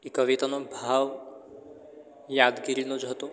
એ કવિતાનો ભાવ યાદગીરીનો જ હતો